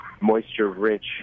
moisture-rich